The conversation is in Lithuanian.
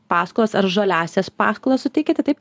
paskolos ar žaliąsias paskolas suteikiate taip